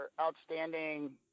outstanding